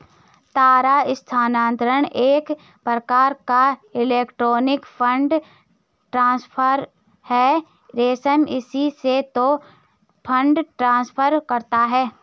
तार स्थानांतरण एक प्रकार का इलेक्ट्रोनिक फण्ड ट्रांसफर है रमेश इसी से तो फंड ट्रांसफर करता है